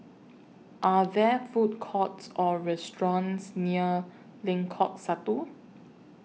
Are There Food Courts Or restaurants near Lengkok Satu